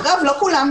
אגב לא כולם,